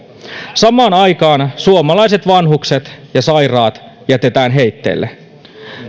samaan aikaan suomalaiset vanhukset ja sairaat jätetään heitteille